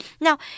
Now